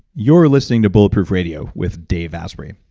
you're listening to bulletproof radio with dave asprey.